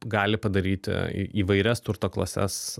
gali padaryti į įvairias turto klases